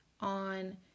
on